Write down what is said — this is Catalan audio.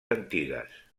antigues